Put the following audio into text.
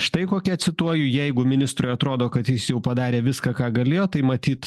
štai kokia cituoju jeigu ministrui atrodo kad jis jau padarė viską ką galėjo tai matyt